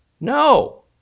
No